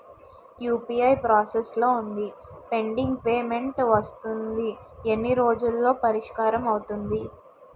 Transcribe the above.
UPI process లో వుందిపెండింగ్ payment వస్తుంది ఎన్ని రోజుల్లో పరిష్కారం అవుతుంది